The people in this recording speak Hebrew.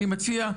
אני מציע,